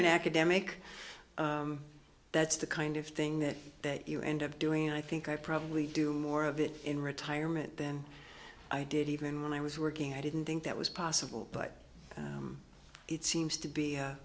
an academic that's the kind of thing that that you end up doing and i think i probably do more of it in retirement than i did even when i was working i didn't think that was possible but it seems to be a